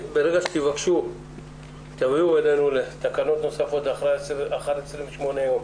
שברגע שתגיעו אלינו עם תקנות נוספות לאחר 28 ימים,